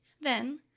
Then